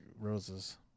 roses